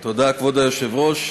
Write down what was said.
תודה, כבוד היושב-ראש.